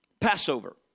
Passover